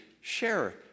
share